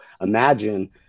imagine